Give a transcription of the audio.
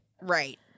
Right